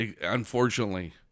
Unfortunately